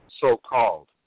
so-called